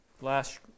last